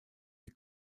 des